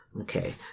Okay